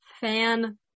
fan